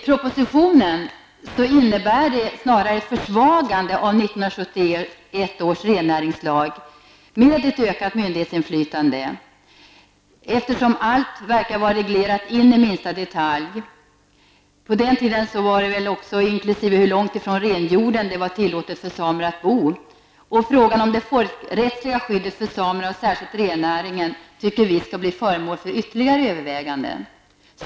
Propositionen innebär snarare ett försvagande av 1971 års rennäringslag med ett ökat myndighetsinflytande, eftersom allt verkar vara reglerat in i minsta detalj. På den tiden gällde det väl också hur långt ifrån renhjorden som det var tillåtet för samer att bo. Frågan om det folkrättsliga skyddet för samerna, och särskilt för rennäringen, skall enligt vår uppfattning bli föremål för ytterligare överväganden.